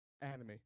anime